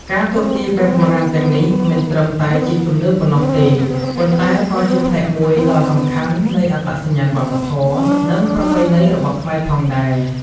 ការទស្សន៍ទាយបែបបុរាណទាំងនេះ មិនត្រឹមតែជាជំនឿប៉ុណ្ណោះទេ ប៉ុន្តែក៏ជាផ្នែកមួយដ៏សំខាន់នៃអត្តសញ្ញាណវប្បធម៌ និងប្រពៃណីរបស់ខ្មែរផងដែរ។